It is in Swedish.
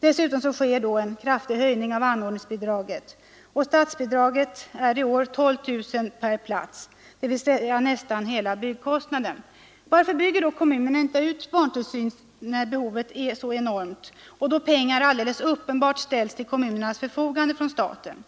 Dessutom sker då en kraftig höjning av anordningsbidraget, och statsbidraget är i år 12 000 kronor per plats, dvs. nästan hela byggkostnaden. Varför bygger då kommunerna inte ut barntillsynen när behovet är så stort, och när pengar ställs till kommunernas förfogande från staten?